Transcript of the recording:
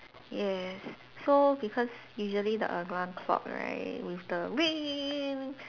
yes so because usually the alarm clock right with the ring